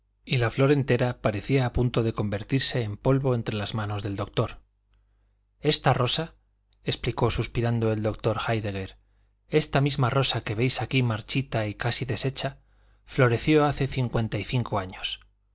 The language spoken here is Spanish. y la flor entera parecía a punto de convertirse en polvo entre las manos del doctor esta rosa explicó suspirando el doctor héidegger esta misma rosa que veis aquí marchita y casi deshecha floreció hace cincuenta y cinco años